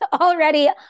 already